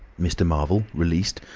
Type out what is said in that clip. mr. marvel, released,